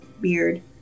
beard